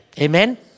Amen